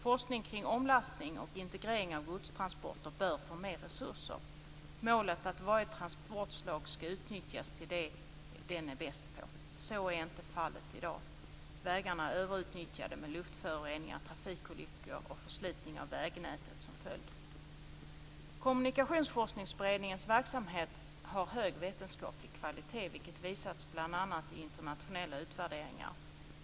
Forskning kring omlastning och integrering av godstransporter bör få mer resurser. Målet är att varje transportslag ska utnyttjas till det det är bäst på. Så är inte fallet i dag. Vägarna är överutnyttjade med luftföroreningar, trafikolyckor och förslitning av vägnätet som följd. Kommunikationsforskningsberedningens verksamhet har hög vetenskaplig kvalitet, vilket visats bl.a. i internationella utvärderingar.